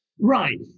Right